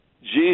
Jesus